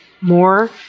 more